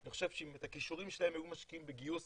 אני חושב שאם את הכישורים שלהם הם היו משקיעים בגיוס